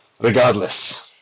Regardless